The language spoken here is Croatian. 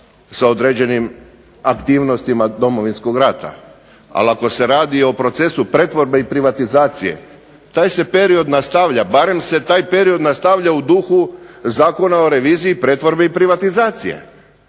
sa određenim aktivnostima Domovinskog rata, ali ako se radi o procesu pretvorbe i privatizacije taj se period nastavlja. Barem se taj period nastavlja u duhu Zakona o reviziji pretvorbe i privatizacije.